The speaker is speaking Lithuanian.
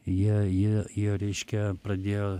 jie jie jie reiškia pradėjo